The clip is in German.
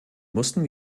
mussten